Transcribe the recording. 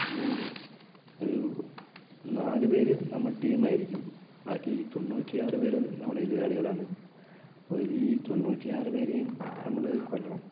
അതില് ഒരു നാല് പേര് നമ്മൾ ടീമായിരിക്കും ബാക്കി തൊണ്ണൂറ്റി ആറു പേരും നമ്മുടെ എതിരാളികളാണ് ഒര് തൊണ്ണൂറ്റി ആറ് പേരേയും നമ്മള് കൊല്ലണം